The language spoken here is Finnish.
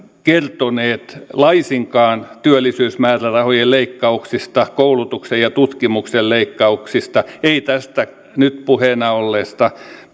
kertoneet laisinkaan työllisyysmäärärahojen leikkauksista koulutuksen ja tutkimuksen leikkauksista eivät näistä nyt puheena olleista